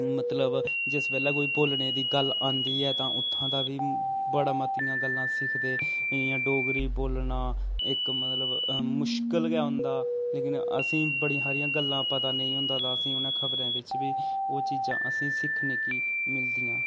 मतलब जिस बेल्लै कोई बोलने दी गल्ल आंदी ऐ ता उत्थां दा बी बड़ी मतियां गल्लां सिक्खदे जि'यां डोगरी बोलना इक्क मतलब मुश्कल गै होंदा लेकिन असेंगी बड़ियां हारियां गल्लां पता नेईं होंदा ते असेंगी उ'नें खबरें बिच्च बी ओह् चीजां असेंगी सिक्खने गी मिलदियां